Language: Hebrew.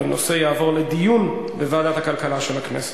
יעבור לדיון בוועדת הכלכלה של הכנסת.